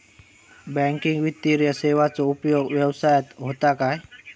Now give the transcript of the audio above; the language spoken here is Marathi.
बँकिंग वित्तीय सेवाचो उपयोग व्यवसायात होता काय?